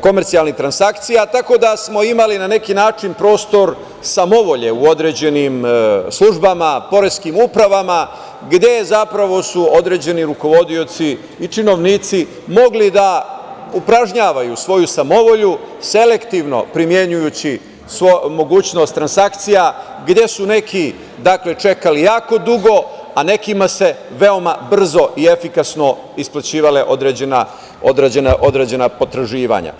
komercijalnih transakcija, tako da smo imali na neki način prostor samovolje u određenim službama, poreskim upravama, gde su zapravo određeni rukovodioci i činovnici mogli da upražnjavaju svoju samovolju selektivno primenjujući mogućnost transakcija gde su neki čekali jako dugo, a nekima se veoma brzo i efikasno isplaćivala određena potraživanja.